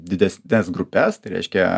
didesnes grupes tai reiškia